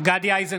גדי איזנקוט,